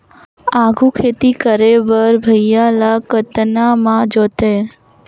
आघु खेती करे बर भुइयां ल कतना म जोतेयं?